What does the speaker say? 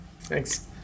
Thanks